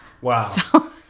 Wow